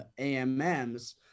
AMMs